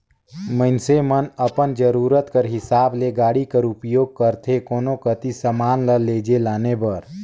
मइनसे मन अपन जरूरत कर हिसाब ले गाड़ी कर उपियोग करथे कोनो कती समान ल लेइजे लाने बर